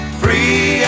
free